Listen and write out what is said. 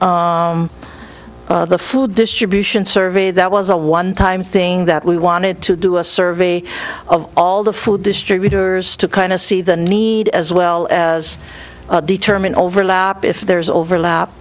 in the food distribution survey that was a one time thing that we wanted to do a survey of all the food distributors to kind of see the need as well as determine overlap if there's overlap